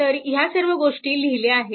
तर ह्या सर्व गोष्टी लिहिल्या आहेत